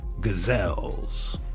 gazelles